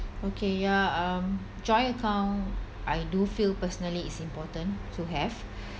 okay ya um joint account I do feel personally is important to have